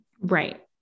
Right